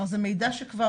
זה מידע שכבר